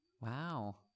Wow